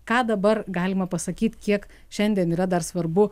ką dabar galima pasakyt kiek šiandien yra dar svarbu